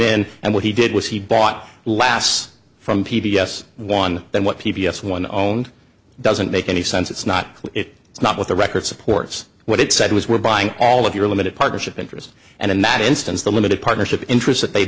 in and what he did was he bought last from p b s one then what p b s one owned doesn't make any sense it's not it's not what the record supports what it said was we're buying all of your limited partnership interests and in that instance the limited partnership interest that they